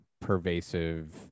pervasive